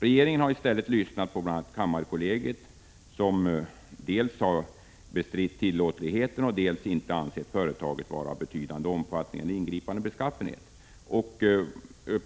Regeringen har i stället lyssnat på bl.a. kammarkollegiet som dels inte bestridit tillåtligheten, dels inte ansett företaget vara av ”betydande omfattning eller ingripande beskaffenhet”.